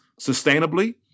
sustainably